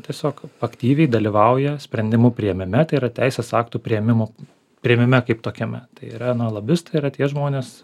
tiesiog aktyviai dalyvauja sprendimų priėmime tai yra teisės aktų priėmimo priėmime kaip tokiame tai yra na lobistai yra tie žmonės